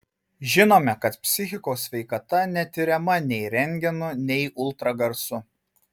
žinome kad psichikos sveikata netiriama nei rentgenu nei ultragarsu